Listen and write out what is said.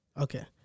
Okay